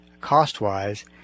cost-wise